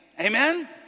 amen